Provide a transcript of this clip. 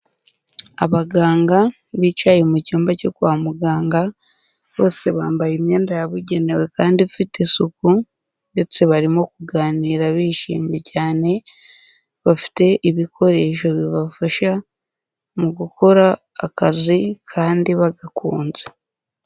Abaganga bicaye mu cyumba cyo kwa muganga bose bambaye imyenda yabugenewe kandi ifite isuku ndetse barimo kuganira bishimye cyane, bafite ibikoresho bibafasha mu gukora akazi kandi bagakunze.